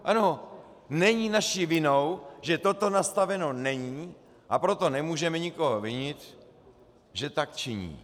Ano, není naší vinou, že toto nastaveno není, a proto nemůžeme nikoho vinit, že tak činí.